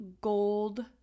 gold